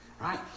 right